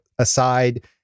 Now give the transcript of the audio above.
Aside